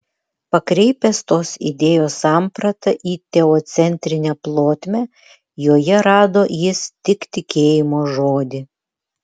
pakreipęs tos idėjos sampratą į teocentrinę plotmę joje rado jis tik tikėjimo žodį